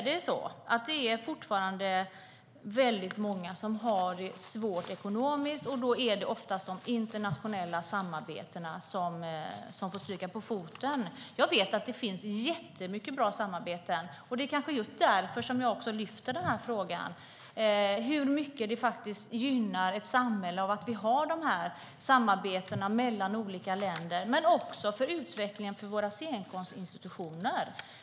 Det är fortfarande många som har det svårt ekonomiskt, och då är det oftast de internationella samarbetena som får stryka på foten. Jag vet att det finns mycket bra samarbeten, och det är kanske just därför som jag lyfter den här frågan, hur mycket det gynnar ett samhälle att vi har dessa samarbeten mellan olika länder men också vad det betyder för utvecklingen av våra scenkonstinstitutioner.